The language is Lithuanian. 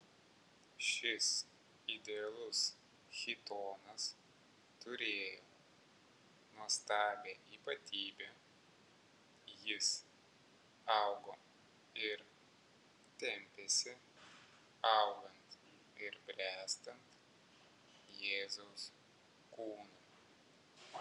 šis idealus chitonas turėjo nuostabią ypatybę jis augo ir tempėsi augant ir bręstant jėzaus kūnui